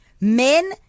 men